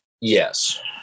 yes